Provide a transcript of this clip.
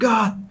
God